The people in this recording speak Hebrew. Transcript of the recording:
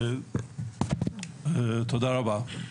תודה רבה.